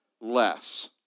Less